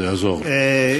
זה יעזור לי.